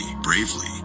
bravely